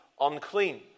unclean